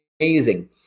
amazing